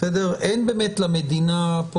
אין באמת למדינה פה